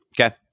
okay